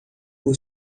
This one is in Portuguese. por